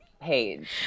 page